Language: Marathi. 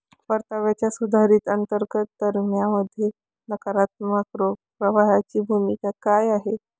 परताव्याच्या सुधारित अंतर्गत दरामध्ये नकारात्मक रोख प्रवाहाची भूमिका काय आहे?